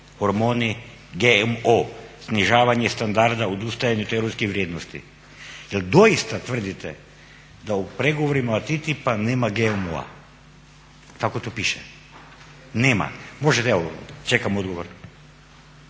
hormoni GMO snižavanje standarda, odustajanje od … vrijednosti jel' doista tvrdite da u pregovorima TTIP-a nema GMO-a? Tako tu piše, nema. Možete, evo čekam odgovor.